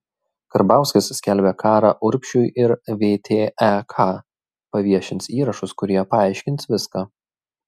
karbauskis skelbia karą urbšiui ir vtek paviešins įrašus kurie paaiškins viską